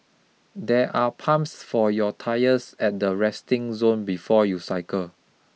there are pumps for your tyres at the resting zone before you cycle